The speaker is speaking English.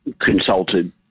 consulted